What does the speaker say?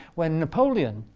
when napoleon,